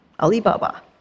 Alibaba